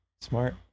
Smart